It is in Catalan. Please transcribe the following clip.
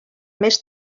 més